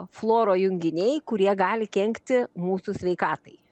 fluoro junginiai kurie gali kenkti mūsų sveikatai